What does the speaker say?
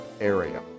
area